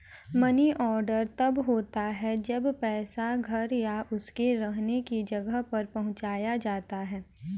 money order तब होता है जब पैसा घर या उसके रहने की जगह पर पहुंचाया जाता है